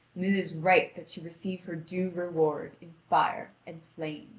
and it is right that she receive her due reward in fire and flame.